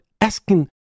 asking